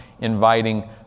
inviting